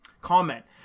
comment